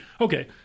Okay